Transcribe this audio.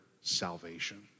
salvation